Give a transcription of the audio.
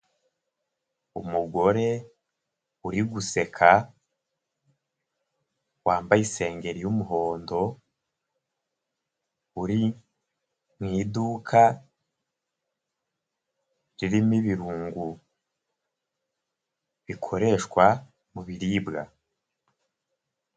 Umugore uri guseka wambaye isengeri y'umuhondo, uri mu iduka ririmo ibirungo bikoreshwa mu biribwa.